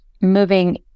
moving